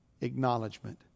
acknowledgement